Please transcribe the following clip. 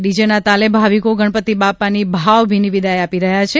ડીજેના તાલે ભાવિકો ગણપતિ બાપાની ભાવભીની વિદાય આપી રહ્યાં છે